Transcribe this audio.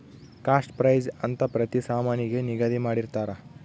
cost price ಅಂತ ಪ್ರತಿ ಸಾಮಾನಿಗೆ ನಿಗದಿ ಮಾಡಿರ್ತರ